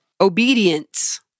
Obedience